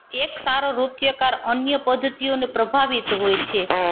એક સારો નૃત્યકાર અન્ય પદ્ધતિઓને પ્રભાવિત હોય છે